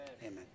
Amen